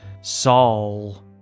Saul